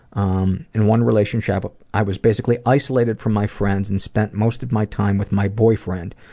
um, in one relationship i was basically isolated from my friends and spent most of my time with my boyfriend.